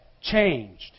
changed